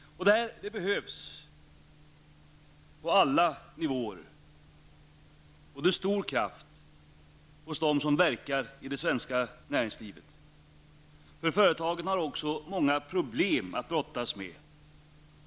Det behövs, på alla nivåer, stor kraft hos dem som verkar i det svenska näringslivet, för företagen har också många problem att brottas med.